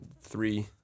three